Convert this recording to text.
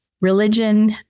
religion